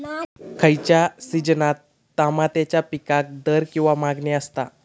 खयच्या सिजनात तमात्याच्या पीकाक दर किंवा मागणी आसता?